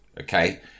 okay